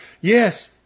Yes